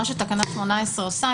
מה שתקנה 18 עושה,